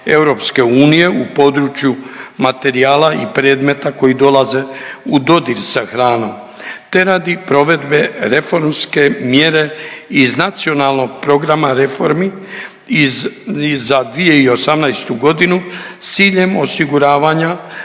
propisima EU u području materijala i predmeta koji dolaze u dodir sa hranom te radi provedbe reformske mjere iz Nacionalnog programa reformi iz i za 2018. godinu s ciljem osiguravanja